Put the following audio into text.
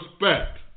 respect